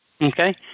Okay